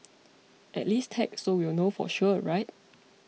at least tag so we'll know for sure right